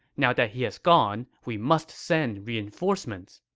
now that he has gone, we must send reinforcements.